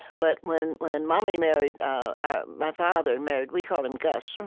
but when when mommy married my father, married we called him gus.